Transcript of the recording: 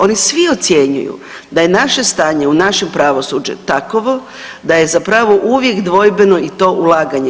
Oni svi ocjenjuju da je naše stanje u našem pravosuđu takovo da je zapravo uvijek dvojbeno i to ulaganje.